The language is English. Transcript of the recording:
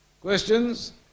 Questions